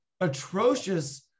atrocious